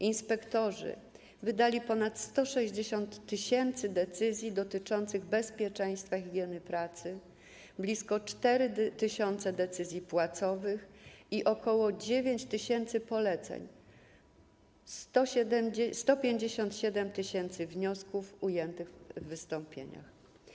Inspektorzy wydali ponad 160 tys. decyzji dotyczących bezpieczeństwa i higieny pracy, blisko 4 tys. decyzji płacowych i ok. 9 tys. poleceń, 157 tys. wniosków ujętych w wystąpieniach.